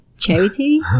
charity